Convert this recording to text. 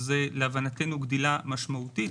להבנתנו זו גדילה משמעותית,